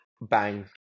bang